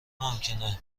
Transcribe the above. ممکنه